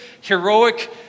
heroic